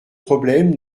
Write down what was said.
problème